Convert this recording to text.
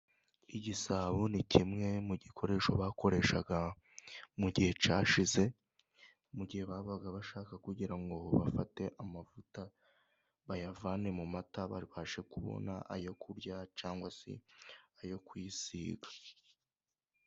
Igisabo ni kimwe mu gikoresho bakoreshaga mu gihe cyashize mu gihe babaga bashaka kugira ngo bafate amavuta bayavane mu mata babashe kubona ayo kurya cyangwa se ayo kwisiga.